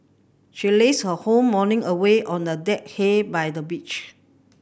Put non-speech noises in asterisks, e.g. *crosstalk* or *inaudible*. she lazed her whole morning away on a deck *unintelligible* by the beach